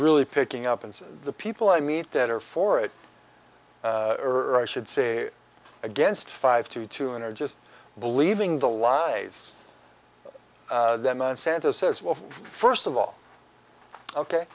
really picking up and the people i meet that are for it or i should say against five to two in are just believing the lies that monsanto says well first of all ok